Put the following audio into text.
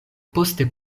poste